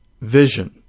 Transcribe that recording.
vision